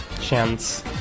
chance